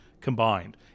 combined